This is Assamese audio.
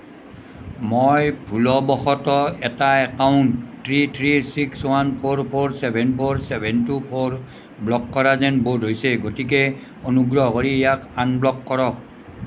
মই ভুলবশতঃ এটা account three three six one four four seven four seven two four block কৰা যেন বোধ হৈছে গতিকে অনুগ্ৰহ কৰি ইয়াক আনব্লক কৰক